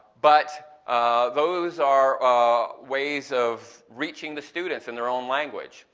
but those are are ways of reaching the students in their own language.